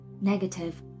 negative